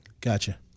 Gotcha